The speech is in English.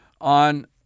on